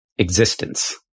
Existence